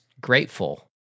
grateful